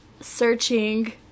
searching